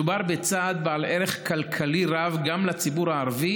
מדובר בצעד בעל ערך כלכלי רב גם לציבור הערבי